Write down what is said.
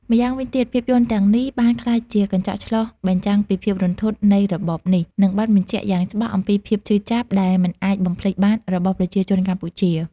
ម្យ៉ាងវិញទៀត ភាពយន្តទាំងនេះបានក្លាយជាកញ្ចក់ឆ្លុះបញ្ចាំងពីភាពរន្ធត់នៃរបបនេះ និងបានបញ្ជាក់យ៉ាងច្បាស់អំពីភាពឈឺចាប់ដែលមិនអាចបំភ្លេចបានរបស់ប្រជាជនកម្ពុជា។